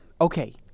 Okay